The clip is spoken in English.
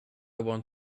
want